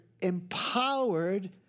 empowered